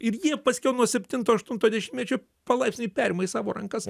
ir jie paskiau nuo septinto aštunto dešimtmečio palaipsniui perima į savo rankas